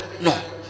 No